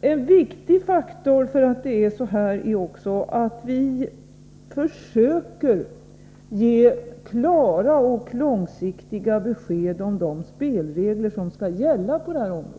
En viktig faktor som bidrar till att det är så här är också att vi försöker ge klara och långsiktiga besked om de spelregler som skall gälla på detta område.